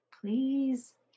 Please